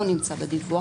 לא נמצא בדיווח,